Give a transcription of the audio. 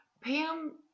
Pam